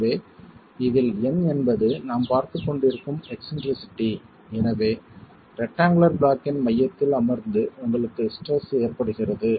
எனவே இதில் N என்பது நாம் பார்த்துக்கொண்டிருக்கும் எக்ஸ்ன்ட்ரிசிட்டி எனவே ரெக்டாங்குளர் ப்ளாக்கின் மையத்தில் அமர்ந்து உங்களுக்கு ஸ்ட்ரெஸ் ஏற்படுகிறது